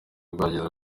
bwagize